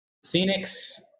Phoenix